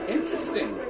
Interesting